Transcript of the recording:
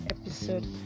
episode